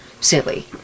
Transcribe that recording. silly